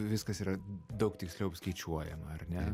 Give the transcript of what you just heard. viskas yra daug tiksliau apskaičiuojama ar ne